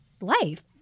life